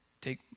Take